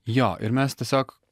jo ir mes tiesiog